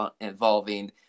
involving